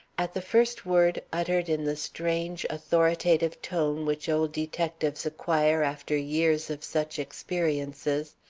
at the first word uttered in the strange, authoritative tone which old detectives acquire after years of such experiences,